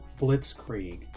Blitzkrieg